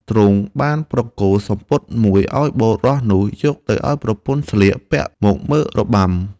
ទ្រង់បានប្រគល់សំពត់មួយឱ្យបុរសនោះយកទៅឱ្យប្រពន្ធស្លៀកពាក់មកមើលរបាំ។